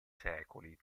secoli